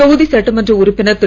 தொகுதி சட்டமன்ற உறுப்பினர் திரு